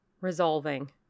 resolving